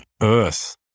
earth